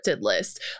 list